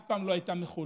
אף פעם לא הייתה מחולקת.